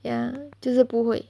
ya 就是不会